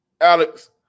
Alex